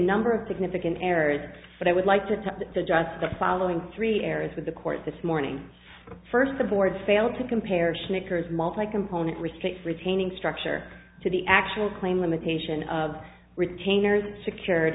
number of significant errors but i would like to add to the just the following three areas with the court this morning first the board failed to compare shoemakers multi component restricts retaining structure to the actual claim limitation of retainers secured